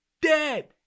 dead